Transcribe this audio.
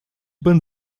pan